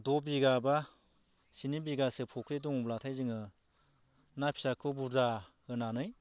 द' बिगाबा स्रि बिगासो फ'ख्रि दंब्लाथाय जोङो ना फिसाखौ बुरजा होनानै